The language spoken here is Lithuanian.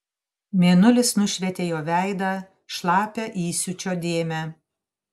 mėnulis nušvietė jo veidą šlapią įsiūčio dėmę